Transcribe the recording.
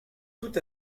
tout